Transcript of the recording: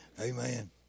Amen